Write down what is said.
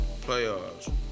playoffs